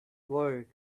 world